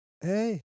hey